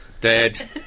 dead